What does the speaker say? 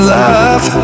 love